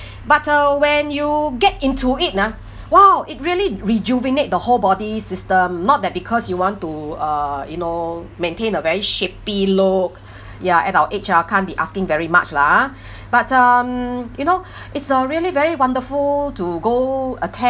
but uh when you get into it ah !wow! it really rejuvenate the whole body system not that because you want to uh you know maintain a very shapely look ya at our age uh can't be asking very much lah ah but um you know it's uh really very wonderful to go attend